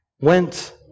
went